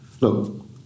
look